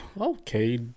okay